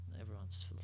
Everyone's